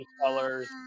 colors